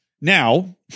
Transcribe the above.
Now